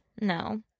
no